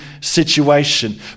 situation